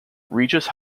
regis